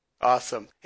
Awesome